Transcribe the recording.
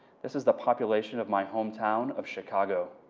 this is the population of my hometown of chicago.